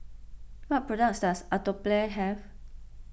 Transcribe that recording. what products does Atopiclair have